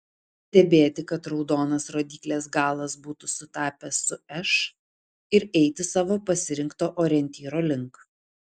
stebėti kad raudonas rodyklės galas būtų sutapęs su š ir eiti savo pasirinkto orientyro link